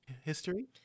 History